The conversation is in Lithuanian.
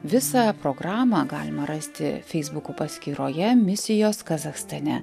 visą programą galima rasti feisbuko paskyroje misijos kazachstane